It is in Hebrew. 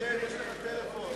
שיגבירו את המיקרופון.